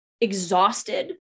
exhausted